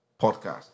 Podcast